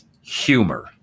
humor